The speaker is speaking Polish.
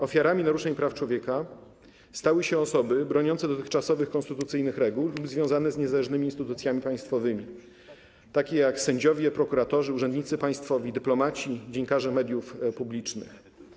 Ofiarami naruszeń praw człowieka stały się osoby broniące dotychczasowych, konstytucyjnych reguł lub związane z niezależnymi instytucjami państwowymi, takie jak sędziowie, prokuratorzy, urzędnicy państwowi, dyplomaci, dziennikarze mediów publicznych.